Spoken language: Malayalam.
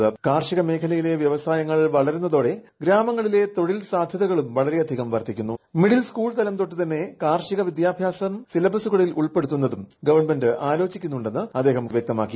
ക്ടാർഷികമേഖലയിലെ വ്യവസായങ്ങൾ വളരുന്നതോടെ ഗ്രാമങ്ങളില്ല് തൊഴിൽ സാധ്യതകളും വളരെ യധികം വർധിക്കുന്നു മീഡിൽ സ്കൂൾ തലം തൊട്ട് തന്നെ കാർഷിക വിദ്യാഭ്യാസം സിലബസുകളിൽ ഉൾപ്പെടുത്തുന്നതും ഗവൺമെന്റ് ആലോചിക്കുന്നുണ്ടെന്ന് മോദി വൃക്തമാക്കി